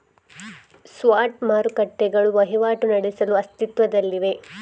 spot ಮಾರುಕಟ್ಟೆಗಳು ವಹಿವಾಟು ನಡೆಸಲು ಅಸ್ತಿತ್ವದಲ್ಲಿವೆ